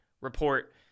report